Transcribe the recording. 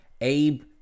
Abe